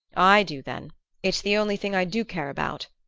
i do, then it's the only thing i do care about,